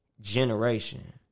generation